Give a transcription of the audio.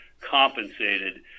compensated